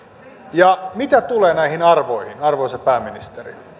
tehdä mitä tulee näihin arvoihin arvoisa pääministeri